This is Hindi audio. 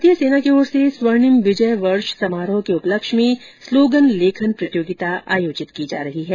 भारतीय सेना की ओर से स्वर्णिम विजय वर्ष समारोह के उपलक्ष्य में स्लोगन लेखन प्रतियोगिता आयोजित की जा रही है